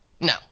No